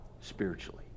spiritually